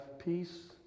Peace